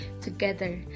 together